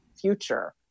future